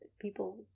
People